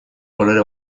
kolore